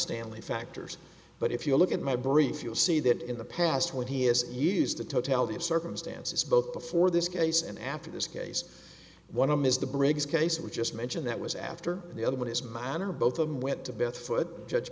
stanley factors but if you look at my brief you'll see that in the past when he has used the totality of circumstances both before this case and after this case one of them is the briggs case we just mentioned that was after the other one is minor both them went to bat for a judge